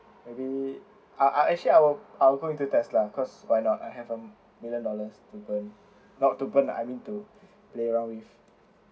maybe I I actually I will I will go in to test lah because why not I have a million dollars to burn not to burn I mean to play around with